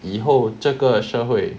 以后这个社会